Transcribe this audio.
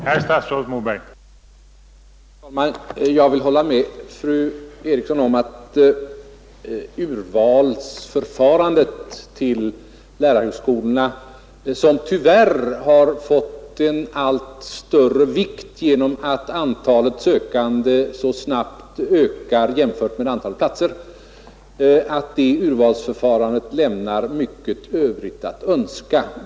Herr talman! Jag vill hålla med fru Eriksson i Stockholin om att urvalsförfarandet vid lärarhögskolorna, som tyvärr har fått en allt större vikt genom att antalet sökande så snabbt ökar jämfört med antalet platser, lämnar mycket övrigt att önska.